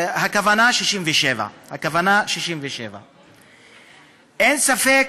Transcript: הכוונה, 67. הכוונה, 67. אין ספק,